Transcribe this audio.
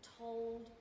told